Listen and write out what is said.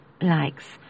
likes